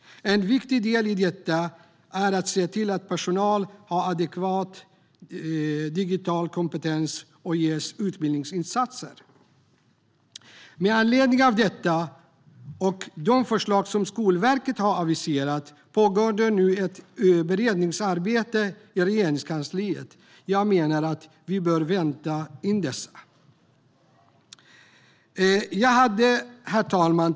En viktig del i detta är att se till att personal har adekvat digital kompetens och ges utbildningsinsatser. Med anledning av detta och de förslag som Skolverket har aviserat pågår det nu ett beredningsarbete i Regeringskansliet. Jag menar att vi bör vänta in det. Herr talman!